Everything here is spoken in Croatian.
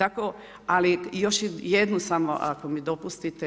Ali, još jednu samo, ako mi dopustite.